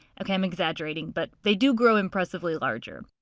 ok i'm exaggerating but they do grow impressively larger.